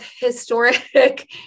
historic